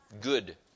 good